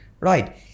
Right